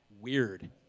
weird